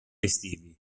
estivi